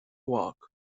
walk